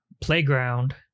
playground